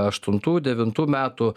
aštuntų devintų metų